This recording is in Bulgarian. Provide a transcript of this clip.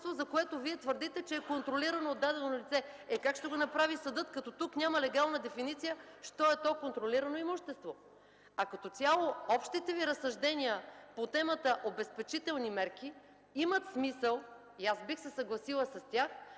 за което Вие твърдите, че е контролирано от дадено лице. Е, как ще го направи съдът, след като тук няма легална дефиниция що е то „контролирано имущество”? А като цяло общите Ви разсъждения по темата „обезпечителни мерки” имат смисъл, и аз бих се съгласила с тях,